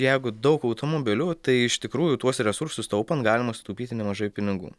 jeigu daug automobilių tai iš tikrųjų tuos resursus taupant galima sutaupyti nemažai pinigų